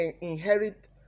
inherit